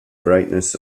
brightness